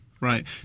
Right